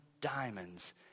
diamonds